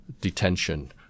detention